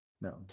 No